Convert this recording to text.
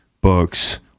books